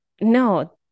no